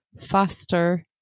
faster